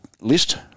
list